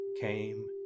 came